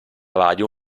radio